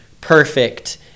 perfect